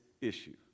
issue